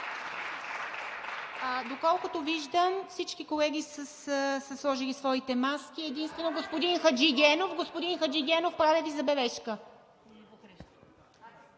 Доколкото виждам, всички колеги са сложили своите маски. (Шум и реплики.) Единствено е господин Хаджигенов. Господин Хаджигенов, правя Ви забележка!